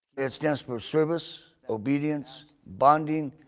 it stands for service, obedience, bonding,